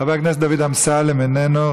חבר הכנסת דוד אמסלם, איננו.